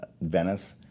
Venice